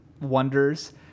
wonders